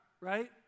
right